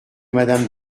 madame